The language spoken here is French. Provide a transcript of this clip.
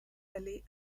aller